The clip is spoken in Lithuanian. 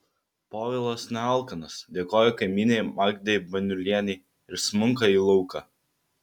povilas nealkanas dėkoja kaimynei magdei baniulienei ir smunka į lauką